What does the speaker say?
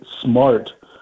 smart